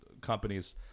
companies